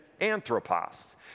Anthropos